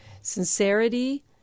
sincerity